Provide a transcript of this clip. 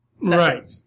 Right